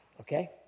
Okay